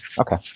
Okay